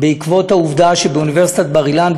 בעקבות העובדה שבאוניברסיטת בר-אילן,